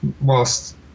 whilst